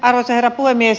arvoisa herra puhemies